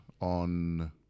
on